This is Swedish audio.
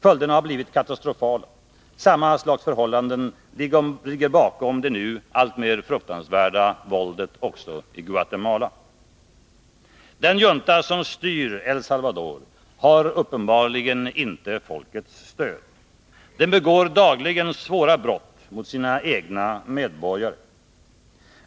Följderna har blivit katastrofala. Samma slags förhållanden ligger bakom det nu alltmer fruktansvärda våldet också i Guatemala. Den junta som styr El Salvador har uppenbarligen inte folkets stöd. Den begår dagiigen svåra brott mot sina egna medborgare.